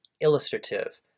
illustrative